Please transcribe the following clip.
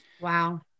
Wow